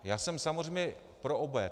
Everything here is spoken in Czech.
Já jsem samozřejmě pro obé.